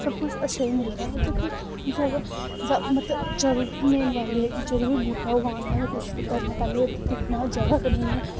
सब कुछ ई अच्छा मिलदा मतलब कि जे मतलब जदूं मेन गल्ल एह् ऐ कि जदूं बी बूह्टा उगाना जां कुछ बी करना पैह्लें एह् दिक्खना जगह कनेही ऐ